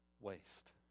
waste